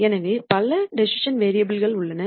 எனவே பல டிசிசன் வேரியபுல்கள் உள்ளன